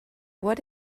what